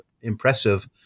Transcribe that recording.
impressive